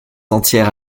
entières